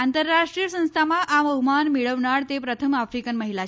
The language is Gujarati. આંતરરાષ્ટ્રીય સંસ્થામાં આ બહ્માન મેળવનાર તે પ્રથમ આફ્રિકન મહિલા છે